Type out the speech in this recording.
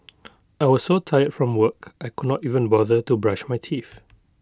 I was so tired from work I could not even bother to brush my teeth